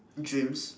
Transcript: dreams